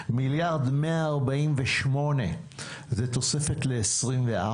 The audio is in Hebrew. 1.148 מיליארד זו תוספת ל-2024.